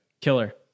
Killer